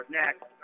next